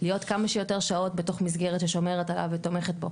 להיות כמה שיותר שעות במסגרת ששומרת עליו ותומכת בו,